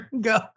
go